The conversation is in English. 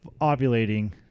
ovulating